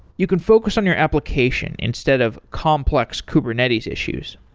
you can focus on your application instead of complex kubernetes issues.